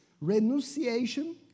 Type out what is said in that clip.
renunciation